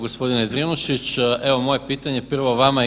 Gospodine Zrinušić, evo moje pitanje prvo vama ide.